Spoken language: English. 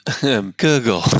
Google